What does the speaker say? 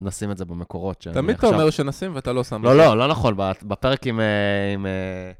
נשים את זה במקורות שאני עכשיו... תמיד אתה אומר שנשים, ואתה לא שם את זה. לא, לא נכון, בפרק עם... עם...